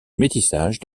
métissage